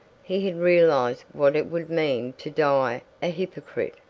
he had realized what it would mean to die a hypocrite,